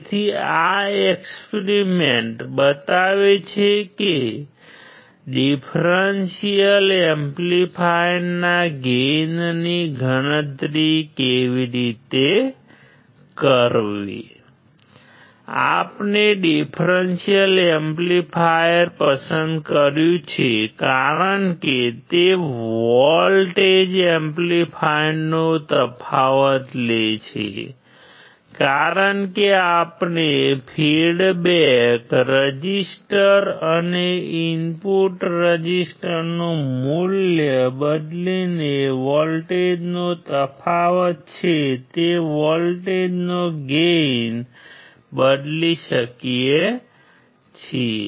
તેથી આ એક્સપેરિમેન્ટ બતાવે છે કે ડીફ્રેન્શિઅલ એમ્પ્લીફાયરના ગેઇનની ગણતરી કેવી રીતે કરવી આપણે ડીફ્રેન્શિઅલ એમ્પ્લીફાયર પસંદ કર્યું છે કારણ કે તે વોલ્ટેજ એમ્પ્લીફાયરનો તફાવત લે છે કારણ કે આપણે ફીડબેક રેઝિસ્ટર અને ઇનપુટ રેઝિસ્ટરનું મૂલ્ય બદલીને વોલ્ટેજનો તફાવત છે તે વોલ્ટેજનો ગેઇન બદલી શકીએ છીએ